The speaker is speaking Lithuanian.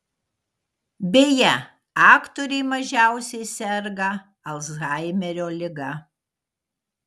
beje aktoriai mažiausiai serga alzhaimerio liga